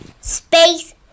Space